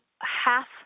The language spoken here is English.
half